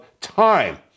time